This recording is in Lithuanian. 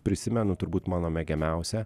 prisimenu turbūt mano mėgiamiausia